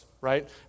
right